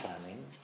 planning